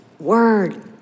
word